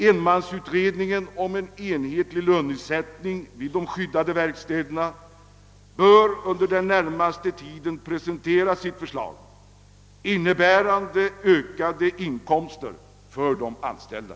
Enmansutredningen om en enhetlig lönesättning vid de skyddade verkstäderna bör under den närmaste tiden presentera sitt förslag, innebärande ökade inkomster för de anställda.